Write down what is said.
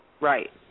Right